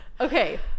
okay